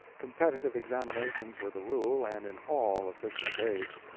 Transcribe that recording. competitive examinations were the rule and in all official grades.